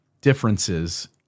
differences